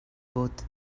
vot